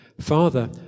Father